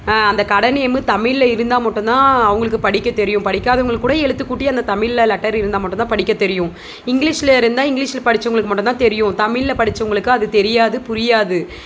அந்த கடை நேமு தமிழில் இருந்தால் மட்டுந்தான் அவங்களுக்கு படிக்க தெரியும் படிக்காதவங்களுக்கு கூட எழுத்து கூட்டி அந்த தமிழில் லெட்டர் இருந்தால் மட்டுந்தான் படிக்க தெரியும் இங்கிலீஷில் இருந்தால் இங்கிலீஷ் படிச்சவங்களுக்கு மட்டுந்தான் தெரியும் தமிழில் படிச்சவங்களுக்கு அது தெரியாது புரியாது